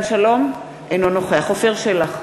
אינו נוכח עפר שלח,